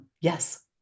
Yes